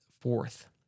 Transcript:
fourth